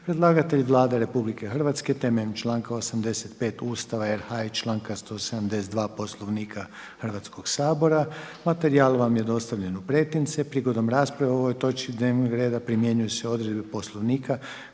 Predlagatelj Vlada Republike Hrvatske temeljem članka 85. Ustava RH i članka 172. Poslovnika Hrvatskog sabora. Materijal vam je dostavljen u pretince. Prigodom rasprave o ovoj točci dnevnog reda primjenjuju se odredbe Poslovnika